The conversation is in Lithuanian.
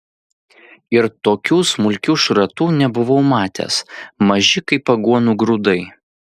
ir tokių smulkių šratų nebuvau matęs maži kaip aguonų grūdai